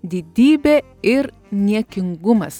didybė ir niekingumas